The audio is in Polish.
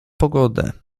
pogodę